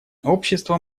общества